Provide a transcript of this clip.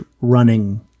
running